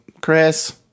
Chris